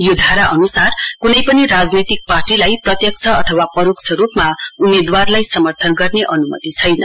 यो धारा अनुसार कुनै पनि राजनैतिक पार्टीलाई प्रत्यक्ष अथ्य परोक्ष रूपमा उम्मेद्वारलाई समर्थन गर्ने अनुमति छैन